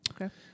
Okay